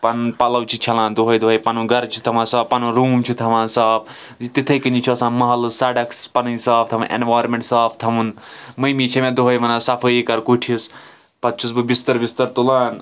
پَنُن پلَو چھِ چھلان دۄہَے دۄہَے پَنُن گَرٕ چھِ تھاوان صاف پَنُن روٗم چھِ تھاوان صاف تِتھٕے کٔنی چھِ آسان محلہٕ سڑَکھ پَنٕنۍ صاف تھاوٕنۍ اِیٚنویِرانمینٛٹ صاف تھاوُن ممی چھِ مےٚ دۄہَے وَنان صفٲیی کَر کُٹھِس پَتہٕ چھُس بہٕ بِستَر وِستَر تُلان